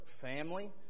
family